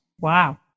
Wow